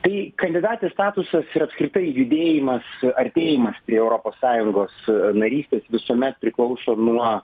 tai kandidatės statusas ir apskritai judėjimas artėjimas prie europos sąjungos narystės visuomet priklauso nuo